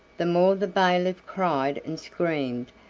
the more the bailiff cried and screamed,